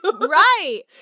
Right